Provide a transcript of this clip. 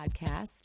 Podcast